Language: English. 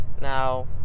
Now